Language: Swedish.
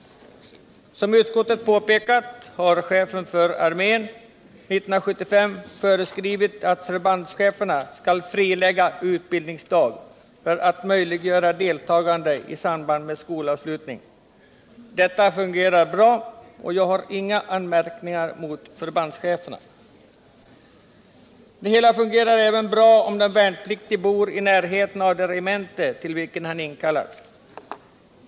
Som utskottet påpekat har chefen för armén år 1975 föreskrivit att förbandscheferna skall frilägga utbildningsdag för att möjliggöra deltagande i samband med skolavslutning. Detta fungerar bra, och jag har inga anmärkningar mot förbandscheferna. Det hela fungerar även bra om den värnpliktige bor i närheten av det regemente till vilket han inkallats.